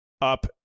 up